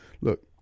Look